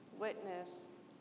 witness